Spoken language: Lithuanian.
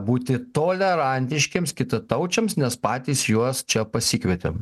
būti tolerantiškiems kitataučiams nes patys juos čia pasikvietėm